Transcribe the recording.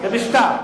ובשטר.